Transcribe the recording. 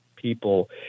people